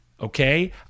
okay